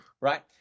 right